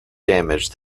damaged